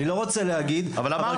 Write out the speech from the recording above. אני לא רוצה להגיד --- אבל אמרת.